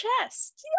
chest